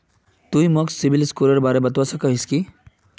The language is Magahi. तुई मोक सिबिल स्कोरेर बारे बतवा सकोहिस कि?